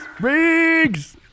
Riggs